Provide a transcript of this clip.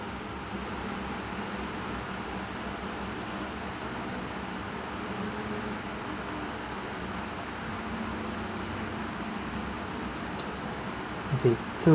okay so